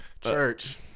church